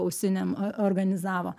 ausinėm a organizavo